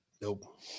Nope